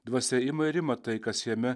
dvasia ima ir ima tai kas jame